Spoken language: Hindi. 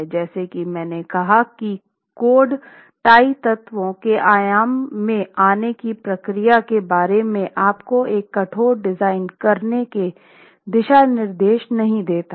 जैसा कि मैंने कहा की कोड टाई तत्वों के आयाम में आने की प्रक्रिया के बारे में आपको एक कठोर डिजाइन करने के दिशानिर्देश नहीं देता है